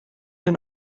den